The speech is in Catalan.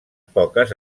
poques